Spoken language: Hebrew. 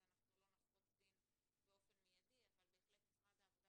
כך שלא נחרוץ דין באופן מיידי אבל בהחלט משרד העבודה